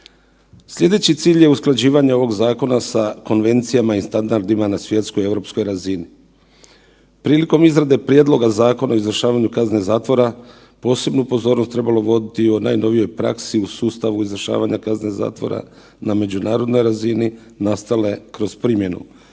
Slijedeći cilj je usklađivanje ovog zakona sa konvencijama i standardima na svjetskoj i europskoj razini. Prilikom izrade prijedloga Zakona o izvršavanju kazne zatvora posebnu pozornost je trebalo voditi o najnovijoj praksi u sustavu izvršavanja kazne zatvora na međunarodnoj razini nastale kroz primjenu